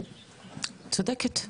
צודקת,